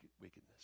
wickedness